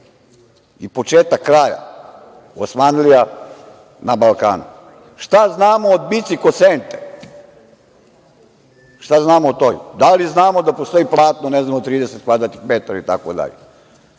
i početak kraja Osmanlija na Balkanu. Šta znamo o bici kod Sente? Šta znamo o tome? Da li znamo da postoji platno od 30 kvadratnih metara koje